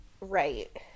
Right